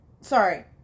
Sorry